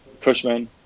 Cushman